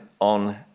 on